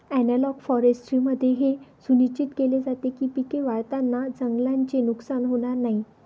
analogue फॉरेस्ट्रीमध्ये हे सुनिश्चित केले जाते की पिके वाढवताना जंगलाचे नुकसान होणार नाही